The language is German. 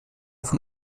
von